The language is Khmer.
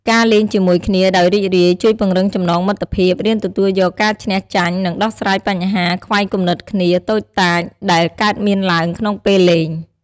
ការលេងជាមួយគ្នាដោយរីករាយជួយពង្រឹងចំណងមិត្តភាព រៀនទទួលយកការឈ្នះ ចាញ់ និងដោះស្រាយបញ្ហាខ្វែងគំនិតគ្នាតូចតាច ដែលកើតមានឡើងក្នុងពេលលេង។